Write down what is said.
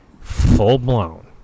full-blown